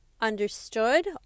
understood